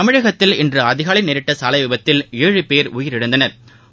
தமிழகத்தில் இன்றுஅதிகாலைநேரிட்டசாலைவிபத்தில் ஏழு பேர் உயிரிழந்தனா்